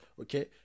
okay